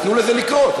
אז תנו לזה לקרות.